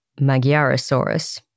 Magyarosaurus